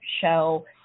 show